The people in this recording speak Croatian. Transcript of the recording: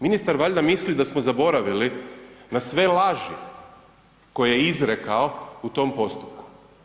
Ministar valjda mislim da smo zaboravili na sve laži koje je izrekao u tom postupku.